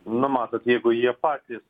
nu matot jeigu jie patys